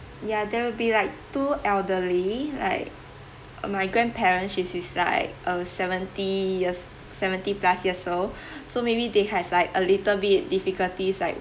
ya there will be like two elderly like my grandparents which is like a seventy years seventy plus years old so maybe they have like a little bit difficulties like